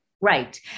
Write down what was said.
Right